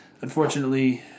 Unfortunately